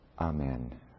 Amen